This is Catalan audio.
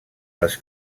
les